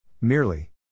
Merely